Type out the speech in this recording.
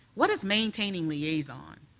what is maintaining liaison?